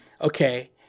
okay